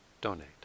donate